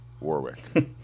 warwick